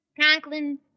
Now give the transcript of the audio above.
Conklin